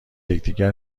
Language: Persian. یکدیگر